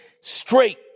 straight